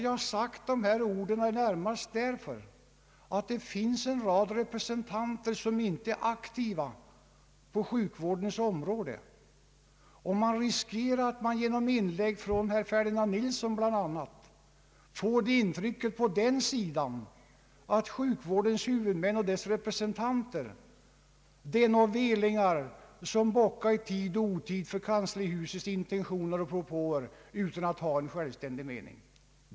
Jag har sagt detta närmast därför att det i riksdagen finns en rad representanter som inte är aktiva på sjukvårdens område och det finns risk att man på den sidan genom inlägg som exempelvis herr Ferdinand Nilssons får intrycket att sjukvårdens huvudmän och dess representanter är ett slags veliga personer som i tid och otid bockar för kanslihusets intentioner och propåer utan att ha en självständig mening.